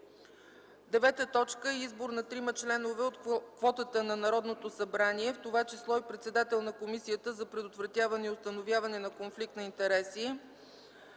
2011 г. 9. Избор на трима членове от квотата на Народното събрание, в т.ч. и председател на Комисията за предотвратяване и установяване на конфликт на интереси.